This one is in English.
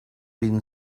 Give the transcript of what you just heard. been